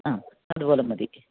ആ അതുപോലെ മതി